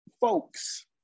folks